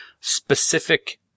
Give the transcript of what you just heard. specific